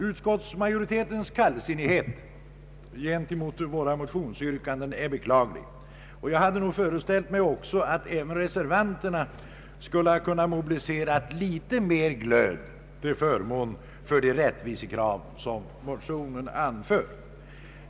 Utskottsmajoritetens kallsinnighet gentemot våra motionsyrkanden är beklaglig, och jag hade nog föreställt mig att reservanterna också skulle kunna mobilisera litet mera glöd till förmån för de rättvisekrav som motionärerna framför.